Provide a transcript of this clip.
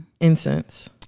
Incense